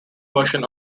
version